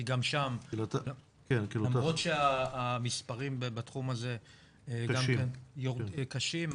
כי גם שם למרות שהמספרים בתחום הזה גם כן קשים,